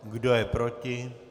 Kdo je proti?